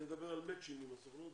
ואני מדבר על מצ'ינג עם הסוכנות,